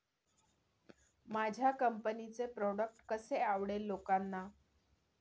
माझ्या कंपनीचे प्रॉडक्ट कसे आवडेल लोकांना?